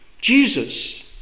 Jesus